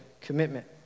commitment